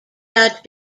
that